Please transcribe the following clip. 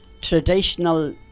traditional